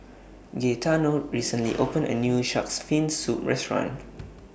Gaetano recently opened A New Shark's Fin Soup Restaurant